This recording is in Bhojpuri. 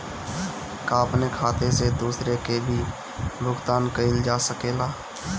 का अपने खाता से दूसरे के भी भुगतान कइल जा सके ला?